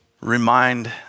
remind